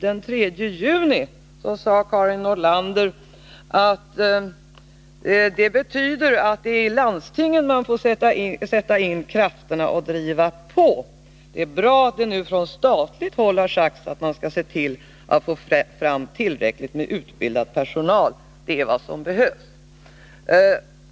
Den 3 juni sade Karin Nordlander att det är i landstingen man får sätta in krafterna och driva på och att det är bra att det från statligt håll sagts ifrån att man skall se till att få fram tillräckligt med utbildad personal, för det är vad som behövs.